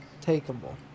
takeable